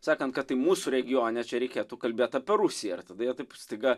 sakant kad tai mūsų regione čia reikėtų kalbėt apie rusiją ir tada jie taip staiga